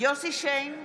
יוסף שיין,